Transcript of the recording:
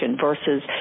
versus